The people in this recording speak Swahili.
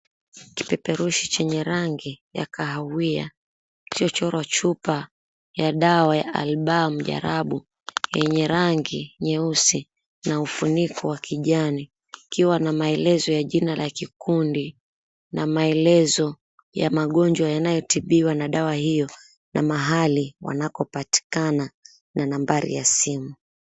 Kipeperushi chenye rangi ya kahawia kilichochorwa chupa ya dawa ya ALBA MUJAARABU yenye rangi nyeusi na ufuniko wa kijani ikiwa na maelezo ya jina la kikundi na maelezo ya magonjwa yanayotibiwa na dawa hio na mahali wanakopatikana na nambari ya simu.